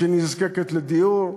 שנזקקת לדיור,